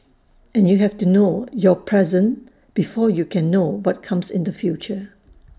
and you have to know your present before you can know what comes in the future